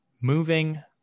Moving